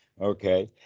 okay